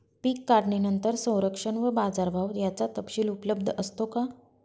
पीक काढणीनंतर संरक्षण व बाजारभाव याचा तपशील उपलब्ध असतो का?